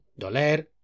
doler